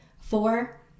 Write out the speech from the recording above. Four